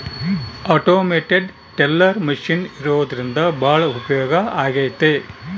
automated teller machine ಇರೋದ್ರಿಂದ ಭಾಳ ಉಪಯೋಗ ಆಗೈತೆ